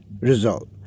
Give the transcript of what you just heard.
result